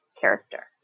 character